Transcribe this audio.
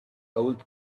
old